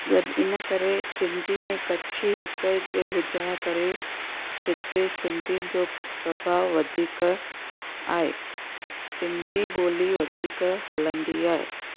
गॾु इन करे सिंधी ऐं कच्छी हिकु जे हुजण करे हिते सिंधीयुनि जो प्रभावु वधीक आहे सिंधी ॿोली वधीक हलंदी आहे